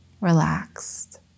relaxed